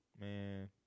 man